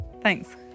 Thanks